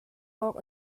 awk